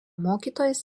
mokytojas